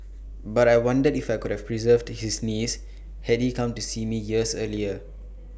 but I wondered if I could have preserved his knees had he come to see me years earlier